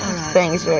thanks